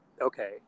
Okay